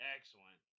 Excellent